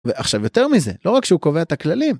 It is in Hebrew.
ועכשיו יותר מזה, לא רק שהוא קובע את הכללים.